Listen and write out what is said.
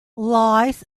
lies